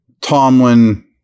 Tomlin